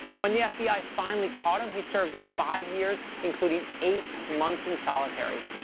when the yeah fbi finally caught him, he served five years, including eight months in solitary.